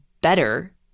better